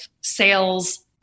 sales